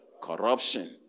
Corruption